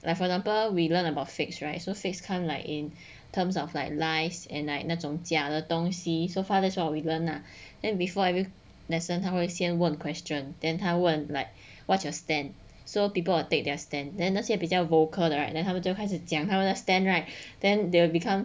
like for example we learn about fixed right so fixed come like in terms of like lies and like 那种假的东西 so far that's what we learn lah then before every lesson 他会问 everyone question then 他问 like what's your stand so people will take their stand then 那些比较 vocal 的 right and then 他们就开始讲他们的 stand right then they will become